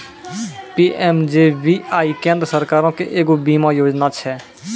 PMJJBY केन्द्र सरकारो के एगो बीमा योजना छै